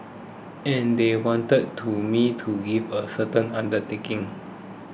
and they wanted to me to give a certain undertaking